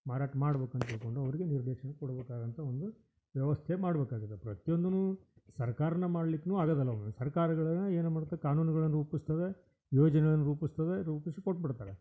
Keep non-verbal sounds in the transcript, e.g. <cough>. ಮಾರಾಟ ಮಾಡ್ಬೇಕು ಅಂತ ಹೇಳಿಕೊಂಡು ಅವ್ರಿಗೆ ನಿರ್ದೇಶನ ಕೊಡಬೇಕಾದಂಥ ಒಂದು ವ್ಯವಸ್ಥೆ ಮಾಡಬೇಕಾಗಿದೆ ಪ್ರತಿಯೊಂದು ಸರ್ಕಾರನೇ ಮಾಡ್ಲಿಕ್ಕೂ ಆಗದಿಲ್ಲ <unintelligible> ಸರ್ಕಾರಗಳ ಏನು ಮಾಡುತ್ತೆ ಕಾನೂನುಗಳನ್ನು ರೂಪಿಸ್ತವೆ ಯೋಜನೆಯನ್ನು ರೂಪಿಸ್ತವೆ ರೂಪಿಸಿ ಕೊಟ್ಟುಬಿಡ್ತವೆ